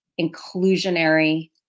inclusionary